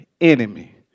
enemy